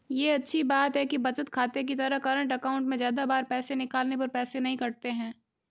ये अच्छी बात है कि बचत खाते की तरह करंट अकाउंट में ज्यादा बार पैसे निकालने पर पैसे नही कटते है